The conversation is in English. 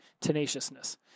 tenaciousness